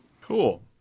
Cool